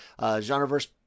Genreverse